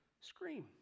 scream